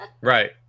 Right